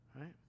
right